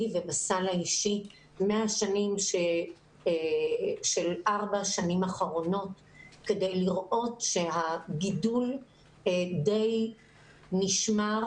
ובסל האישי של ארבע השנים האחרונות כדי לראות שהגידול די נשמר.